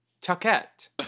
Tuckett